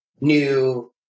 new